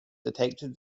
detected